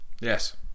Yes